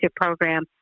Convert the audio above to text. Program